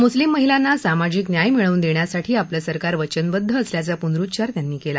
मुस्लिम महिलांना सामाजिक न्याय मिळवून देण्यासाठी आपलं सरकार वचनबद्ध असल्याचा पुनरुच्चार त्यांनी केला